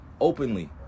openly